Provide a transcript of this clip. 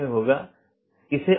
इसलिए पथ को परिभाषित करना होगा